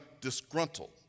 disgruntled